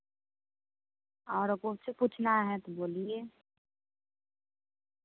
और कुछ पूछना है तो बोलिए